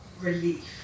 relief